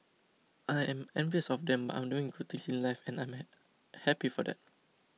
I'm envious of them I'm doing good things in life and I am happy for that